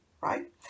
right